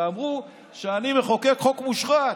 ואמרו שאני מחוקק חוק מושחת.